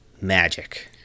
magic